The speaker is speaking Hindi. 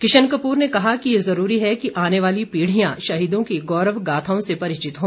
किशन कपूर ने कहा कि ये जरूरी है कि आने वाली पीढ़िया शहीदों की गौरव गाथाओं से परिचित हो